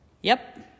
Yep